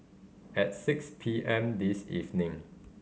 at six P M this evening